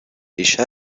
ریشه